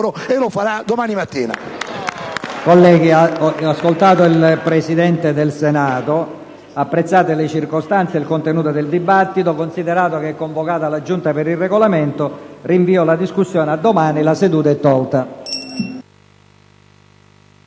e lo farà domani mattina.